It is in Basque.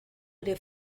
ere